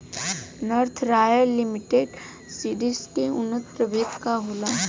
North royal limited seeds के उन्नत प्रभेद का होला?